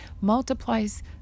multiplies